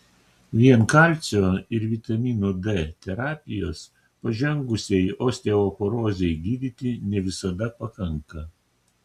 vien kalcio ir vitamino d terapijos pažengusiai osteoporozei gydyti ne visada pakanka